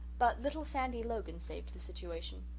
but little sandy logan saved the situation.